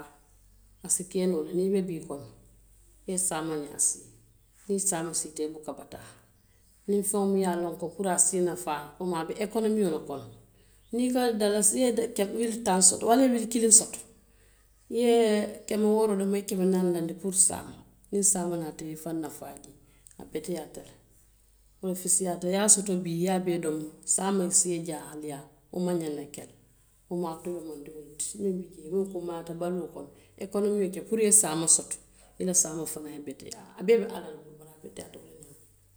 A se kee noo le, niŋ i be bii kono i se samaa ñaatoosii. Niŋ samaa siita ibuka bata. Niŋ feŋo muŋ ye a loŋ ko fo a se i nafaa, a be ekonomio le kono. Niŋ i ye wuli taŋ soto waraŋ wuli kiŋ soto. I ye keme wooro domo i keme naani laandi puru saama niŋ saama naata i ye i nafaa jee, a beteyaata le. Wo le fisiyaata niŋ i ye a soto bii i ye a bee domo saama ye sii i ye jaahaliyaa. Wo maŋ ñaŋ na ke la. Wo mu mantooroo domondiŋo le ti muŋ be jee. Muŋ be jee, muŋ kunmaayaata baluo kono ekonomio ke puru saama soto ila saama fanaŋ bee ye beteyaa, a bee ala le bulu, bari a beteyaata wo le ñaa ma.